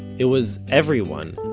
it was everyone.